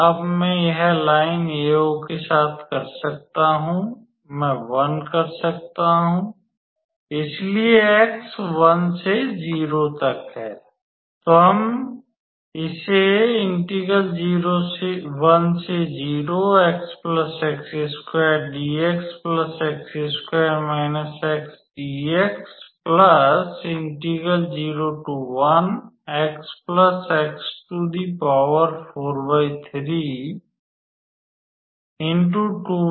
अब मैं यह लाइन AO के साथ कर सकता हूं मैं 1 कर सकता हूं इसलिए x 1 से 0 तक है